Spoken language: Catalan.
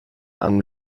amb